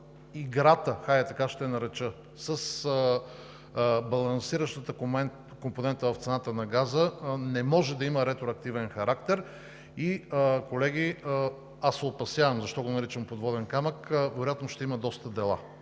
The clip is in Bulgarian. нарека, с балансиращата компонента в цената на газа не може да има ретроактивен характер. Колеги, опасявам се – защо го наричам подводен камък, вероятно ще има доста дела,